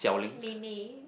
maybe